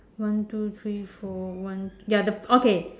one two three four one ya the okay